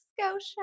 Scotia